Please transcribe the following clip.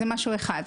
זה משהו אחד.